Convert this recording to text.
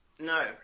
no